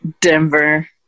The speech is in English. Denver